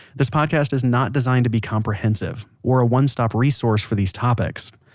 this podcast is not designed to be comprehensive, or a one stop resource for these topics.